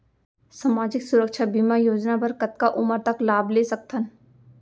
सामाजिक सुरक्षा बीमा योजना बर कतका उमर तक लाभ ले सकथन?